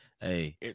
hey